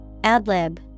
Adlib